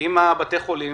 עם בתי החולים,